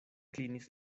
klinis